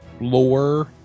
lore